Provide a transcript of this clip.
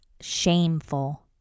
shameful